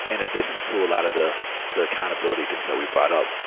and addition to a lot of the the accountability, things that we brought up,